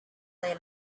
they